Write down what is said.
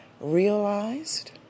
realized